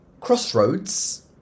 crossroads